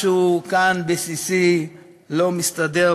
משהו בסיסי כאן לא מסתדר.